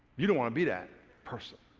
you don't want to be that person.